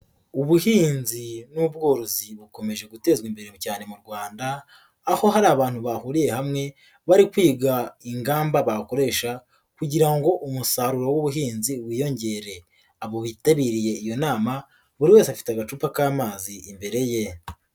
Ubuhinzi n'ubworozi bukomeje gutezwa imbere cyane mu Rwanda, aho hari abantu bahuriye hamwe bari kwiga ingamba bakoresha kugira ngo umusaruro w'ubuhinzi wiyongere. Abo bitabiriye iyo nama, buri wese afite agacupa k'amazi imbere ye.